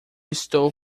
estou